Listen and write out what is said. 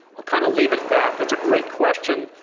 i'll kind of leave it at that, that's a great question,